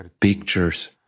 pictures